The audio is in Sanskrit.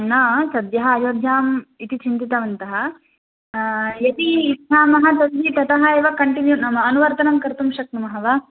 न सद्यः अयोध्याम् इति चिन्तितवन्तः यदि इच्छामः तर्हि ततः एव कन्टिन्यू नाम अनुवर्तनं कर्तुं शक्नुमः वा